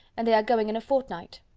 and they are going in a fortnight.